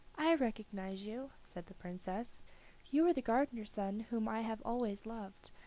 i recognize you, said the princess you are the gardener's son whom i have always loved,